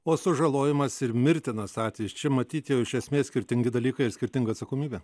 o sužalojimas ir mirtinas atvejis čia matyt jau iš esmės skirtingi dalykai ir skirtinga atsakomybė